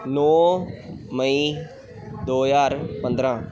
ਨੌਂ ਮਈ ਦੋ ਹਜ਼ਾਰ ਪੰਦਰ੍ਹਾਂ